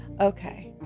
Okay